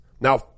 Now